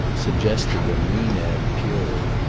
suggested a maenad fury.